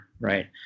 right